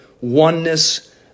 oneness